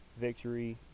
victory